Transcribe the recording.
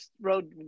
road